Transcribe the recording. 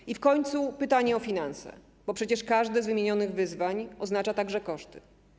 I w końcu pytanie o finanse, bo przecież każde z wymienionych wyzwań oznacza także koszty.